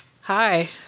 Hi